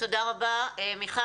תודה רבה, מיכל.